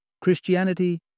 Christianity